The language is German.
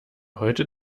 heute